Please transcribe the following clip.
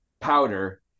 powder